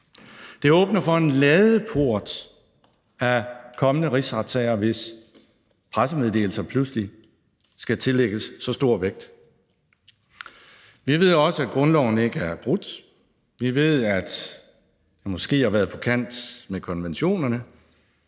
Det åbner for en ladeport af kommende rigsretssager, hvis pressemeddelelser pludselig skal tillægges så stor vægt. Vi ved også, at grundloven ikke er brudt. Vi ved, at man måske har været på kant med konventionerne.